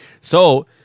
So-